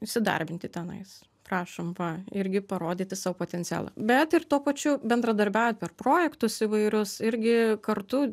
įsidarbinti tenais prašom va irgi parodyti savo potencialą bet ir tuo pačiu bendradarbiaujant per projektus įvairius irgi kartu